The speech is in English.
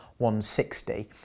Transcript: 160